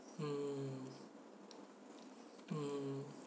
mm mm